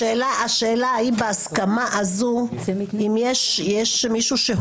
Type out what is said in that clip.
השאלה היא האם בהסכמה הזו יש מישהו שהוא